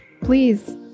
please